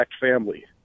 family